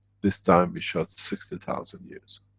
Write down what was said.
this time we shut sixty thousand years.